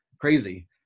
Crazy